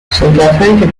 شرکتهایی